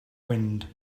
wind